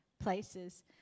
places